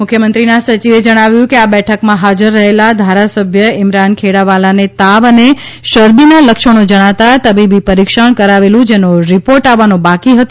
મુખ્યમંત્રીના સચિવે જણાવ્યું કે આ બેઠકમાં હાજર રહેલા ધારાસભ્ય ઇમરાન ખેડાવાલાને તાવ અને શરદીના લક્ષણો જણાતાં તબીબી પરિક્ષણ કરાવેલું જેનો રિપોર્ટ આવવાનો બાકી હતો